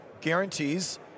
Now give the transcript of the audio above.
guarantees